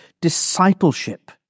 discipleship